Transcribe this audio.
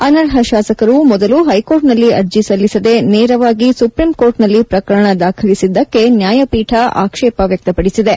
ಅನರ್ಹ ಶಾಸಕರು ಮೊದಲು ಹೈಕೋರ್ಟ್ನಲ್ಲಿ ಅರ್ಜಿ ಸಲ್ಲಿಸದೇ ನೇರವಾಗಿ ಸುಪ್ರೀಂ ಕೋರ್ಟ್ನಲ್ಲಿ ಪ್ರಕರಣ ದಾಖಲಿಸಿದ್ದಕ್ಕೆ ನ್ಯಾಯಪೀಠ ಆಕ್ಷೇಪ ವ್ಯಕ್ತಪಡಿಸಿದೆ